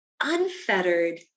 unfettered